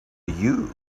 you